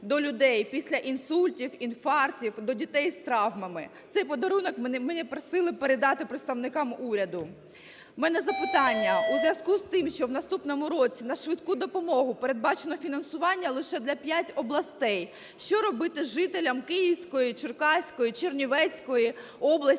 до людей після інсультів, інфарктів, до дітей з травмами. Цей подарунок мене просили передати представникам уряду. В мене запитання. У зв'язку з тим, що в наступному році на "швидку допомогу" передбачено фінансування лише для 5 областей, що робити жителям Київської, Черкаської, Чернівецької області,